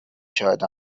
شاهد